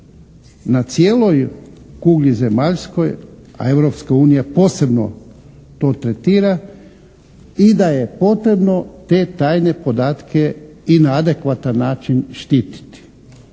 na cijeloj kugli zemaljskoj a Europska unija posebno to tretira i da je potrebno te tajne podatke i na adekvatan način štititi.